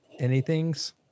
anythings